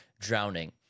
drowning